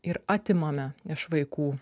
ir atimame iš vaikų